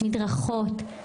מדרכות,